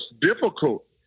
difficult